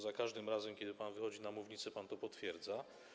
Za każdym razem, kiedy pan wychodzi na mównicę, pan to potwierdza.